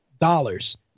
dollars